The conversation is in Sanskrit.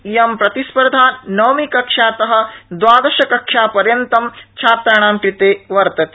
इयं प्रतिस्पर्धा नवमीकक्षात द्वादशकक्षापर्यन्तं छात्राणां कृते वर्तते